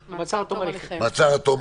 מעצר עד תום ההליכים